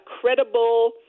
credible